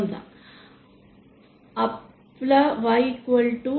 समजा आपल् Y 0